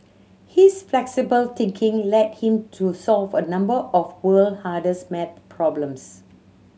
his flexible thinking led him to solve a number of the world hardest maths problems